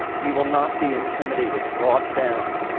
we will not be intimidated, brought down,